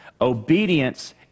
obedience